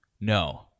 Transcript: No